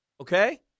okay